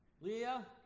Leah